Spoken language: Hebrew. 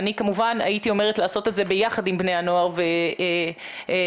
אני כמובן הייתי אומרת לעשות את זה ביחד עם בני הנוער ולא בלעדיהם.